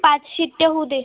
पाच शिट्ट्या होऊ दे